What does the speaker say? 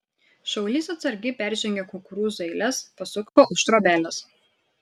šaulys atsargiai peržengė kukurūzų eiles pasuko už trobelės